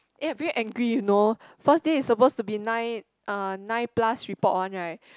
eh I very angry you know first day is suppose to be nine uh nine plus report one right